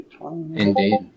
Indeed